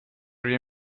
روی